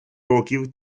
років